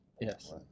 Yes